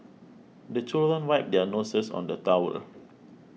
the children wipe their noses on the towel